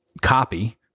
copy